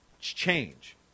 change